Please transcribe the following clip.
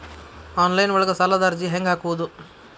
Online ಒಳಗ ಸಾಲದ ಅರ್ಜಿ ಹೆಂಗ್ ಹಾಕುವುದು?